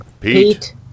Pete